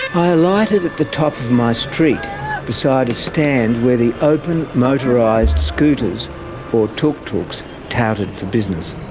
i alighted at the top of my street beside a stand where the open motorised scooters or tuk-tuks touted for business.